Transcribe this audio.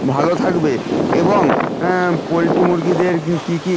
ভালো থাকবে এবং পোলট্রি মুরগিদের কী কী